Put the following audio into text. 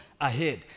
ahead